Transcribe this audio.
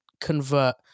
convert